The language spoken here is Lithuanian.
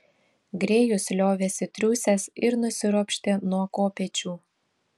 grėjus liovėsi triūsęs ir nusiropštė nuo kopėčių